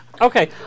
Okay